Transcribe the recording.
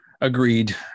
Agreed